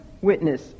witness